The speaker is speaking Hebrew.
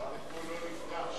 עד אתמול לא נפתר.